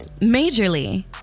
Majorly